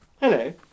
hello